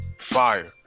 fire